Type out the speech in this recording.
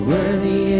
Worthy